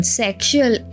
sexual